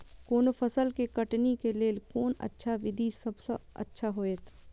कोनो फसल के कटनी के लेल कोन अच्छा विधि सबसँ अच्छा होयत?